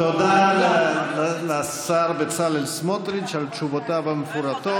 תודה לשר בצלאל סמוטריץ' על תשובותיו המפורטות.